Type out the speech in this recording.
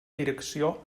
direcció